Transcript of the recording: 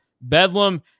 bedlam